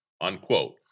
unquote